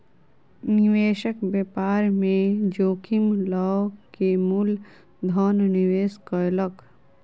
निवेशक व्यापार में जोखिम लअ के मूल धन निवेश कयलक